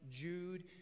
Jude